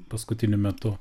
paskutiniu metu